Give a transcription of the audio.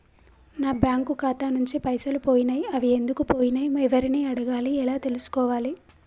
నా బ్యాంకు ఖాతా నుంచి పైసలు పోయినయ్ అవి ఎందుకు పోయినయ్ ఎవరిని అడగాలి ఎలా తెలుసుకోవాలి?